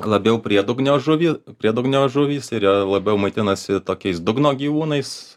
labiau priedugnio žuvy priedugnio žuvys ir jie labiau maitinasi tokiais dugno gyvūnais